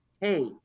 hey